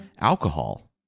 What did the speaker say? alcohol